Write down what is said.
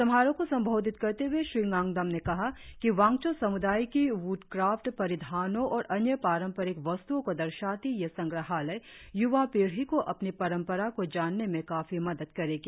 समारोह को संबोधित करते हए श्री डाग्डम ने कहा कि वांगचो सम्दाय की वूडक्राफ्ट परिधानो और अन्य पारंपरिक वस्त्ओ को दर्शाती यह संग्रहालय य्वा पीढ़ी को अपनी परंपरा को जानने में काफी मदद करेगी